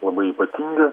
labai ypatinga